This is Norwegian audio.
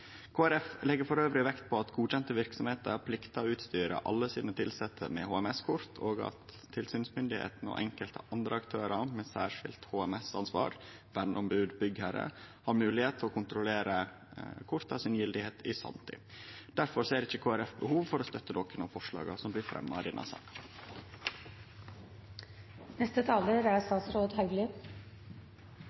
legg elles vekt på at godkjende verksemder pliktar å utstyre alle sine tilsette med HMS-kort, og at tilsynsmyndigheitene og enkelte andre aktørar med særskilt HMS-ansvar – verneombod, byggherre – har moglegheit til å kontrollere at korta er gyldige i sanntid. Difor ser ikkje Kristeleg Folkeparti behov for å støtte nokon av forslaga som blir fremja i denne